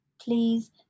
please